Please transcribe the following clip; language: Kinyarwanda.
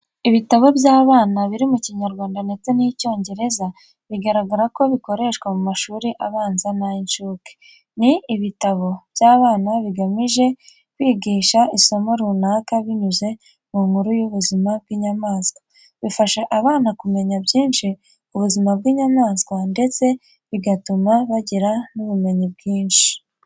Ibitabo by’abana, biri mu Kinyarwanda ndetse n’Icyongereza, bigaragara ko bikoreshwa mu mashuri abanza n'ayincuke. Ni ibtabo by’abana bigamije kwigisha isomo runaka binyuze mu nkuru y’ubuzima bw’inyamaswa. Bifasha abana kumenya byinshi ku buzima bw'inyamanswa ndetse bigatuma bagira n'ubumenyi bwinshi.